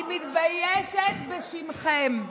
אני מתביישת בשמכם.